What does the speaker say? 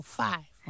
five